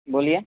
بولیے